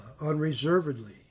unreservedly